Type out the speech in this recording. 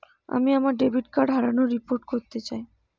আমি আমার debit card হারানোর রিপোর্ট করতে চাই